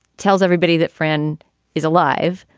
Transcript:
tells everybody that friend is alive,